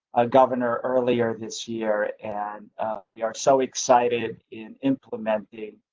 a governor earlier this year and we are so excited in implementing.